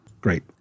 Great